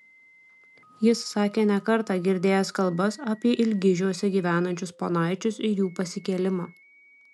jis sakė ne kartą girdėjęs kalbas apie ilgižiuose gyvenančius ponaičius ir jų pasikėlimą